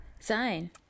sign